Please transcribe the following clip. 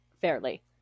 fairly